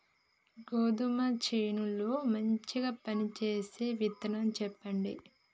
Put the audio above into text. గోధుమ చేను లో మంచిగా పనిచేసే విత్తనం చెప్పండి?